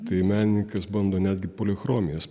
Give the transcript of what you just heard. tai menininkas bando netgi polichromijos